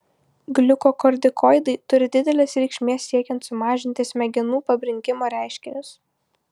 gliukokortikoidai turi didelės reikšmės siekiant sumažinti smegenų pabrinkimo reiškinius